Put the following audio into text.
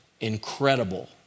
incredible